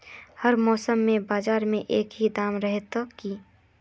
हर मौसम में बाजार में एक ही दाम रहे है की?